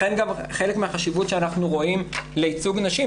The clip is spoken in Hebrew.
לכן גם חלק מהחשיבות שאנחנו רואים לייצוג נשים,